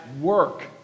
work